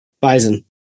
Bison